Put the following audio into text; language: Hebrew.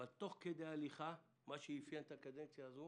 אבל תוך כדי הליכה מה שאפיין את הקדנציה הזו